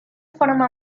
forma